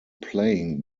playing